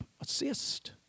assist